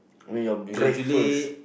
when your breakfast